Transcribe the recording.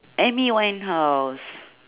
amy-winehouse